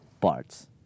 parts